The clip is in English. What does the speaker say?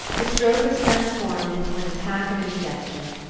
the stroke was transformed into an attack of indigestion.